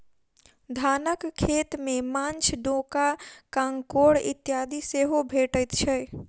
धानक खेत मे माँछ, डोका, काँकोड़ इत्यादि सेहो भेटैत छै